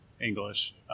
English